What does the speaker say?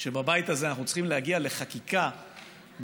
שבבית הזה אנחנו צריכים להגיע לחקיקה בכל